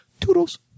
Toodles